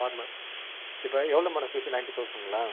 farmer இப்போ எவ்வளோ madam fees ninety தௌசண்ட்ங்களா